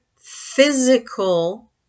physical